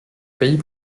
pays